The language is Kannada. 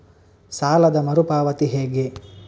ಸಾಲದ ಮರು ಪಾವತಿ ಹೇಗೆ?